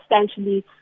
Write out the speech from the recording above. substantially